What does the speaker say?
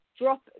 drop